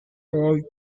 pol